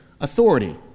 authority